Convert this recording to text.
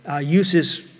uses